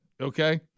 okay